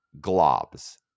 globs